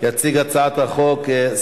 נשלחת הודעה נוספת לחייב,